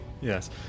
Yes